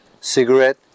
cigarette